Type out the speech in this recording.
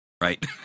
right